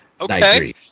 Okay